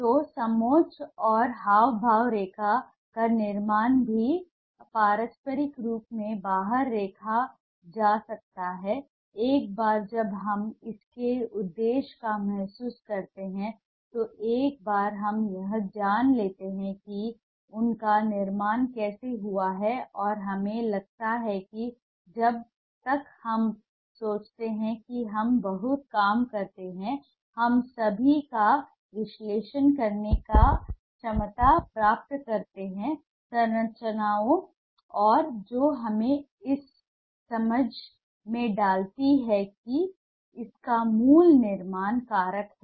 तो समोच्च और हावभाव रेखा का निर्माण भी पारस्परिक रूप से बाहर रखा जा सकता है एक बार जब हम इसके उद्देश्य को महसूस करते हैं तो एक बार हम यह जान लेते हैं कि उनका निर्माण कैसे हुआ है और हमें लगता है कि जब तक हम सोचते हैं कि हम बहुत काम करते हैं हम सभी का विश्लेषण करने की क्षमता प्राप्त करते हैं संरचनाओं और जो हमें इस समझ में डालती है कि इसका मूल निर्माण कारक क्या है